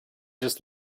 just